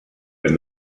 and